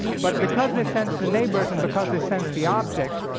but because they sense the neighbors and because they sense the object,